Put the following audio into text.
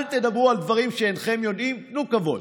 אל תדברו על דברים שאינכם יודעים, תנו כבוד.